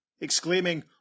Exclaiming